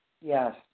Yes